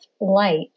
light